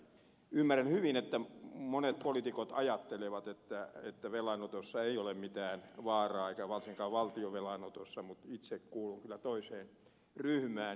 ymmärrän hyvin että monet poliitikot ajattelevat että velanotossa ei ole mitään vaaraa eikä varsinkaan valtion velanotossa mutta itse kuulun kyllä toiseen ryhmään